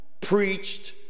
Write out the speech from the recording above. preached